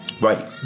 Right